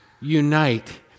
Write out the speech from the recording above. unite